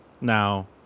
Now